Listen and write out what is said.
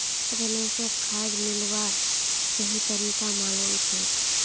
रमेशक खाद मिलव्वार सही तरीका मालूम छेक